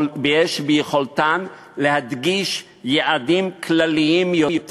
יש ביכולתן להדגיש יעדים כלליים יותר